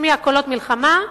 משמיע קולות מלחמה,